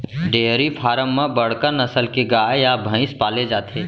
dairy farm म बड़का नसल के गाय या भईंस पाले जाथे